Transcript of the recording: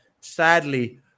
sadly